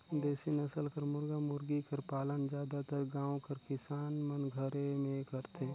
देसी नसल कर मुरगा मुरगी कर पालन जादातर गाँव कर किसान मन घरे में करथे